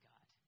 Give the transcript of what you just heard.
God